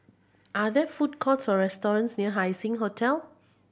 are there food courts or restaurants near Haising Hotel